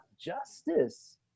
justice